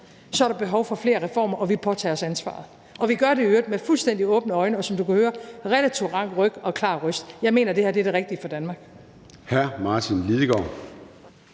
så er der behov for flere reformer, og vi påtager os ansvaret. Og vi gør det i øvrigt med fuldstændig åbne øjne, og som du kan høre med relativt rank ryg og klar røst. Jeg mener, det her er det rigtige for Danmark.